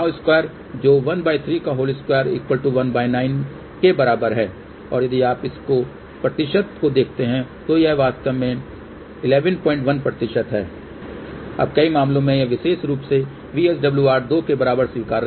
2 जो के बराबर है और यदि आप इसको प्रतिशत को देखते हैं तो यह वास्तव में 111 है अब कई मामलों में यह विशेष रूप से VSWR 2 के बराबर स्वीकार्य है